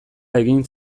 egin